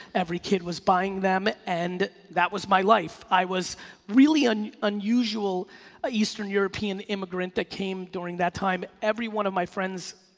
every kid was buying them and that was my life. i was really and unusual ah eastern european immigrant that came during that time, every one of my friends,